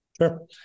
Sure